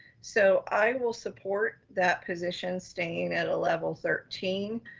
so i will support that position staying at a level thirteen,